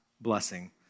blessing